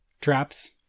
traps